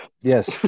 Yes